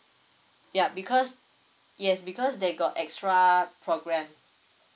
yup because yes because they got extra program